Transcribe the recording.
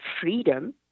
freedom